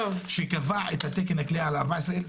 שקבע את תקן הכליאה על 14,000,